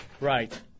Right